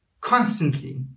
constantly